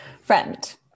friend